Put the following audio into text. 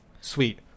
Sweet